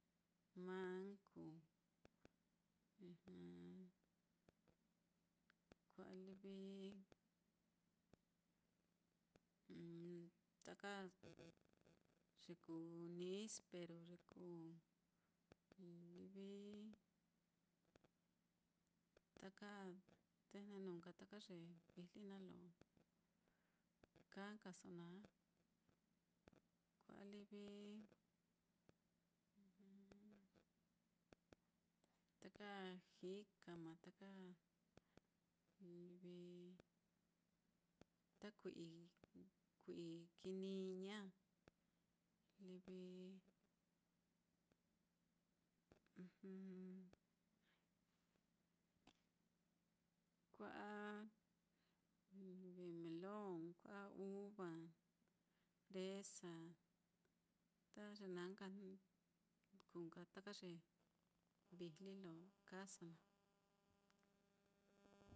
Mangu, g kua'a livi taka ye kuu nispero, ye kuu livi taka tɨjnɨ nuu nka ta ye vijli naá lo kaa nkaso naá, kua'a livi taka jicama taka livi ta kui'i kui'i kiniña, livi kua'a melon, kua'a uva, fresa, ta ye na nka kuu nka taka ye vijli lo kaaso naá